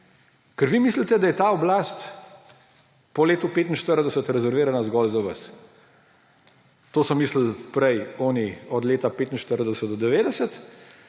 Ker vi mislite, da je ta oblast po letu 1945 rezervirana zgolj za vas. To so mislili prej oni od leta 1945 do leta